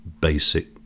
basic